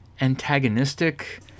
antagonistic